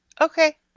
Okay